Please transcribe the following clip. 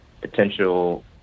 potential